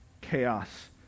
chaos